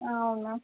అవునా